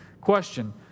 question